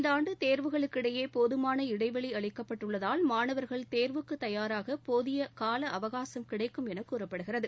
இந்தாண்டு தேர்வுகளுக்கு இடையே போதமான இடைவெளி அளிக்கப்பட்டுள்ளதால் மாணவர்கள் தேர்வுக்கு தயாராக போதி காலஅவகாசம் கிடைக்கும் என கூறப்படுகிறது